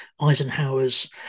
eisenhower's